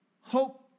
Hope